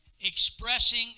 expressing